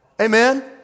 Amen